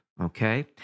okay